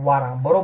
वारा बरोबर